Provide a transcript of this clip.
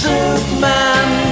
Superman